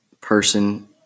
person